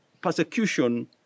persecution